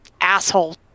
asshole